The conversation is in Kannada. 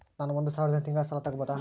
ನಾನು ಒಂದು ಸಾವಿರದಿಂದ ತಿಂಗಳ ಸಾಲ ತಗಬಹುದಾ?